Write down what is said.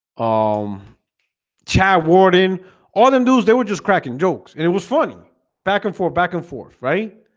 um chav warden all them dudes. they were just cracking jokes and it was funny back and forth back and forth, right?